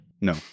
No